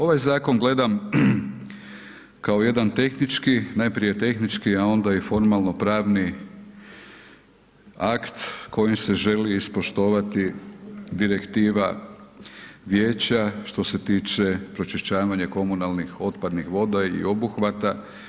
Ovaj zakon gledam kao jedan tehnički, najprije tehnički, a onda i formalno-pravni akt kojim se želi ispoštovati direktiva Vijeća što se tiče pročišćavanja komunalnih otpadnih voda i obuhvata.